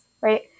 right